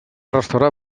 restaurar